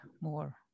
more